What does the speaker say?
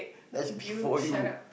that's before you